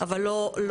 אבל לא.